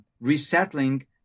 resettling